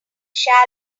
shallow